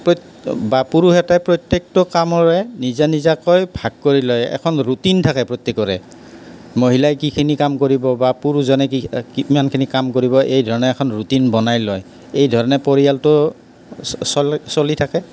বা পুৰুষ এটাই প্ৰত্যেকটো কামৰে নিজা নিজাকৈ ভাগ কৰি লয় এখন ৰুটিন থাকে প্ৰত্যেকৰে মহিলাই কিখিনি কাম কৰিব বা পুৰুষজনে কিমানখিনি কাম কৰিব এইধৰণে এখন ৰুটিন বনাই লয় এইধৰণে পৰিয়ালটো চলি থাকে